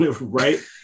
Right